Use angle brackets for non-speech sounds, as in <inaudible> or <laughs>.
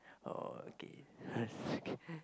okay <laughs>